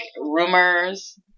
rumors